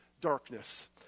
Darkness